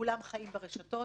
כולם חיים ברשתות.